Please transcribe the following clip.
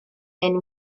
hen